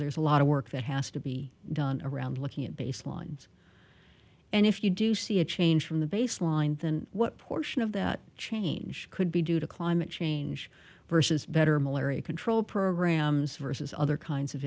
there's a lot of work that has to be done around looking at baselines and if you do see a change from the baseline then what portion of that change could be due to climate change versus better malaria control programs versus other kinds of